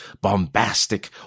bombastic